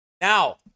Now